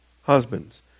husbands